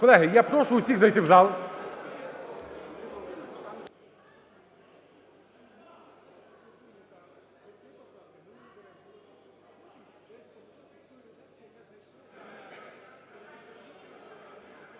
Колеги, я прошу усіх зайти в зал.